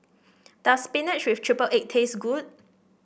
does spinach with triple egg taste good